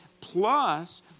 plus